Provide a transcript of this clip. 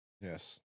Yes